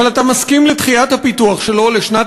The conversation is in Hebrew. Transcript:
אבל אתה מסכים לדחיית הפיתוח שלו לשנת